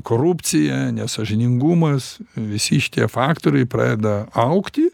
korupcija nesąžiningumas visi šitie faktoriai pradeda augti